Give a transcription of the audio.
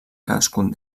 cadascun